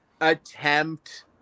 attempt